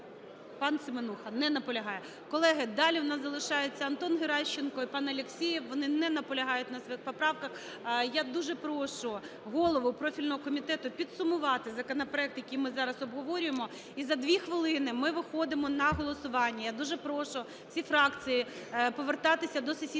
Пан Семенуха не наполягає. Колеги, далі у нас залишається Антон Геращенко і пан Алєксєєв, вони не наполягають на своїх поправках. Я дуже прошу голову профільного комітету підсумувати законопроект, який ми зараз обговорюємо, і за дві хвилини ми виходимо на голосування. Я дуже прошу всі фракції повертатися до сесійної зали